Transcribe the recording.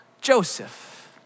Joseph